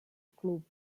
club